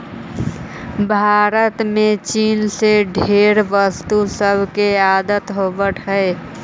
भारत में चीन से ढेर वस्तु सब के आयात होब हई